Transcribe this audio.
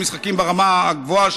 משחקים ברמה הגבוהה,